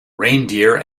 reindeer